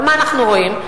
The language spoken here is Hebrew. אבל מה אנחנו רואים,